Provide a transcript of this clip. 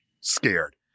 scared